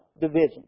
division